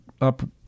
up